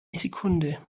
sekunde